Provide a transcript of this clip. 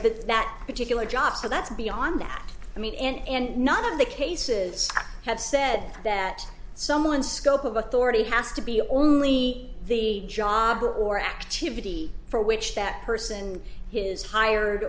that that particular job so that's beyond that i mean and not of the cases have said that someone's scope of authority has to be only the job or activity for which that person is hired